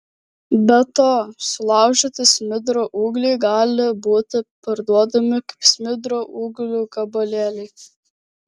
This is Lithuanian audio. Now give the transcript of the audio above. be to sulaužyti smidro ūgliai gali būti parduodami kaip smidro ūglių gabalėliai